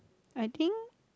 I think